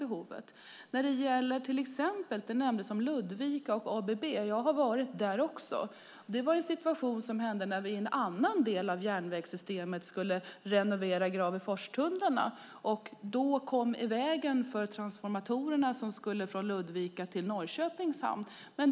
Ludvika och ABB nämndes. Jag har varit där. När vi i en annan del av järnvägssystemet skulle renovera Graveforstunnlarna kom de transformatorer som skulle från Ludvika till Norrköpings hamn i vägen.